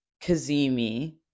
Kazemi